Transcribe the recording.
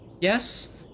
yes